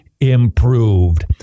improved